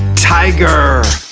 tiger